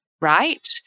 right